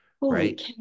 right